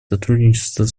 сотрудничество